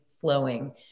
flowing